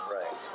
right